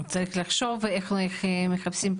מי שמחוסן או